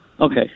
Okay